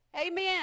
Amen